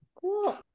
cool